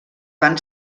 van